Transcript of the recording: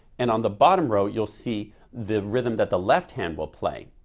and on the bottom row you'll see the rhythm that the left hand will play.